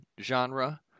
genre